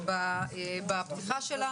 בפתיחה,